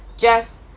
just